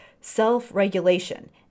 self-regulation